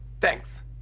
Thanks